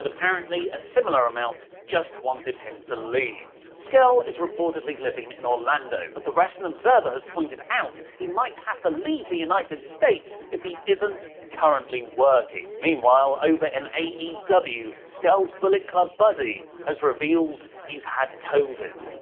apparently a similar amount just wanted him to leave. scurll is reportedly living in orlando, but the wrestling observer has pointed out he might have to leave the united states if he isn't currently working. meanwhile over and in aew, scurll's bullet club buddy has revealed he's had covid.